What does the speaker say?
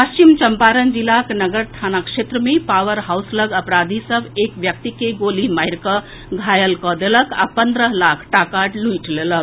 पश्चिम चम्पारण जिलाक नगर थाना क्षेत्र मे पावर हाउस लऽग अपराधी सभ एक व्यक्ति के गोली मारि कऽ घायल कऽ देलक आ पन्द्रह लाख टाका लूटि लेलक